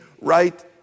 right